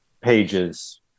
pages